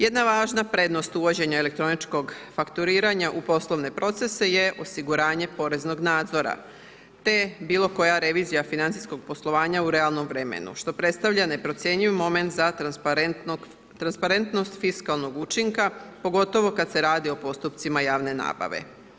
Jedna važna prednost uvođenja elektroničkog fakturiranja u poslovne procese je osiguranje poreznog nadzora te bilo koja revizija financijskog poslovanja u realnom vremenu što predstavlja neprocjenjiv moment za transparentnost fiskalnog učinka, pogotovo kad se radi o postupcima javne nabave.